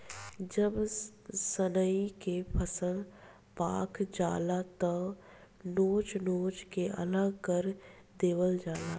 जब सनइ के फसल पाक जाला त नोच नोच के अलग कर देवल जाला